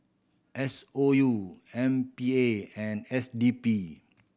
S O U M P A and S D P